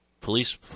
police